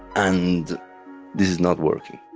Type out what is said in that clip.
and this is not working.